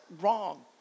wrong